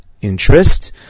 interest